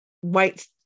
white